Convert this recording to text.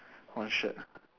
one shirt ah